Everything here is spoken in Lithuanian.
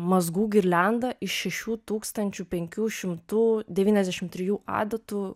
mazgų girliandą iš šešių tūkstančių penkių šimtų devyniasdešimt trijų adatų